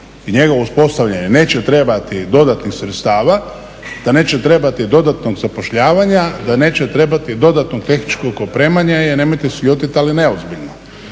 i njegovo uspostavljanje neće trebati dodatnih sredstava, da neće trebati dodatnog zapošljavanja, da neće trebati dodatnog tehničkog opremanja je nemojte se ljutit ali neozbiljno.